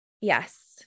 Yes